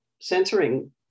censoring